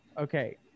Okay